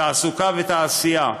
תעסוקה ותעשייה,